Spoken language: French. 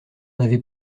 avez